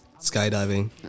skydiving